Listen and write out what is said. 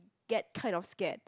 get kind of scared